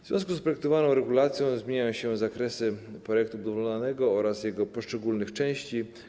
W związku z projektowaną regulacją zmieniają się zakresy projektu budowlanego oraz jego poszczególnych części.